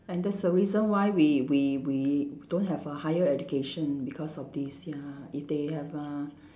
and that's the reason why we we we don't have a higher education because of this ya if they have uh